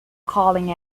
calling